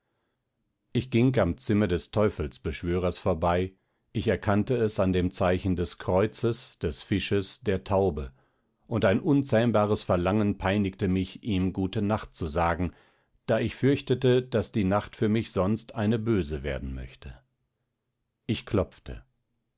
ich ging am zimmer des teufelbeschwörers vorbei ich erkannte es an dem zeichen des kreuzes des fisches der taube und ein unzähmbares verlangen peinigte mich ihm gute nacht zu sagen da ich fürchtete daß die nacht für mich sonst eine böse werden möchte ich klopfte